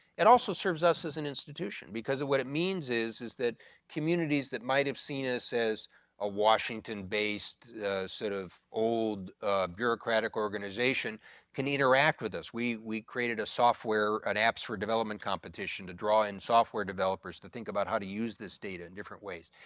it also serves us as and institution because what it means is is that communities that might have seen us as a washington based sort of old bureaucratic organization can interact with us. we we created a software an apps for development competition to draw in software developers to think about how to use this data in different ways.